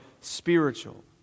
spiritual